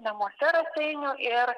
namuose raseinių ir